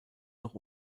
noch